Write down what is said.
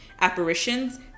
apparitions